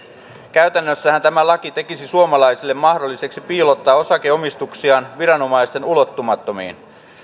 käytännössähän tämä laki tekisi suomalaisille mahdolliseksi piilottaa osakeomistuksiaan viranomaisten ulottumattomiin